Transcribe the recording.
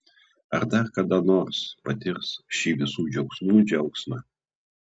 ar dar kada nors patirs šį visų džiaugsmų džiaugsmą